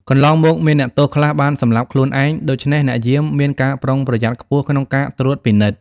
កន្លងមកមានអ្នកទោសខ្លះបានសម្លាប់ខ្លួនឯង ដូច្នេះអ្នកយាមមានការប្រុងប្រយ័ត្នខ្ពស់ក្នុងការត្រួតពិនិត្យ។